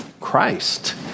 Christ